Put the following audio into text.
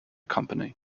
company